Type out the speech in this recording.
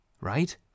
right